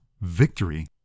victory